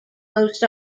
most